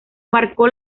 marcó